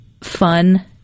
fun